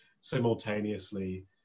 simultaneously